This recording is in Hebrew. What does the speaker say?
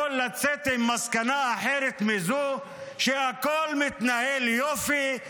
לצאת עם מסקנה אחרת מזו שהכול מתנהל יופי,